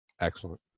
Excellent